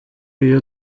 iyo